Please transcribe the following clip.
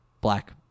Black